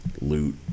loot